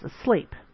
asleep